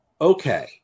okay